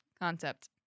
Concept